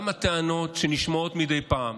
גם הטענות שנשמעות מדי פעם,